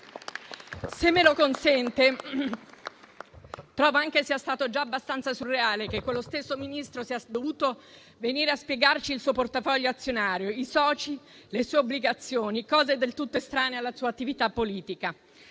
se me lo consente, trovo sia stato anche abbastanza surreale che lo stesso Ministro sia dovuto venire a spiegarci il suo portafoglio azionario, i soci, le sue obbligazioni, cose del tutto estranee alla sua attività politica.